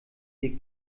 ihr